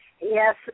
Yes